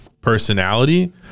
personality